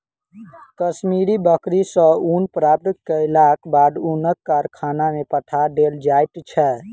कश्मीरी बकरी सॅ ऊन प्राप्त केलाक बाद ऊनक कारखाना में पठा देल जाइत छै